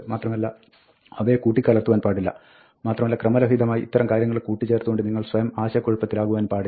മാത്രമല്ല അവയെ കൂട്ടിക്കലർത്തുവാൻ പാടില്ല മാത്രമല്ല ക്രമരഹിതമായി ഇത്തരം കാര്യങ്ങളെ കൂട്ടിച്ചേർത്തുകൊണ്ട് നിങ്ങൾ സ്വയം ആശയക്കുഴപ്പത്തിലാകുവാനും പാടില്ല